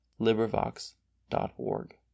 LibriVox.org